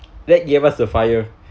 that gave us a fire